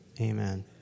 Amen